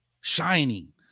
shining